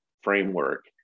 framework